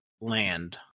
land